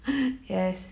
yes